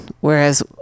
whereas